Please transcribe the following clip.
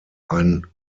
ein